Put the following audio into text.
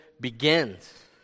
begins